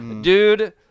dude